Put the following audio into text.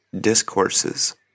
Discourses